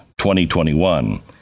2021